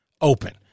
open